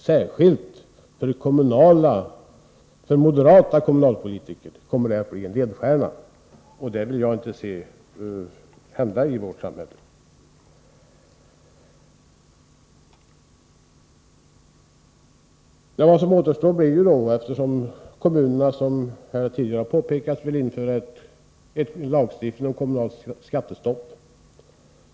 Särskilt för moderata kommunalpolitiker kommer det att bli en ledstjärna. Det vill jag inte se hända i vårt samhälle. Såsom tidigare har påpekats här vill moderaterna införa en lagstiftning om kommunalt skattestopp.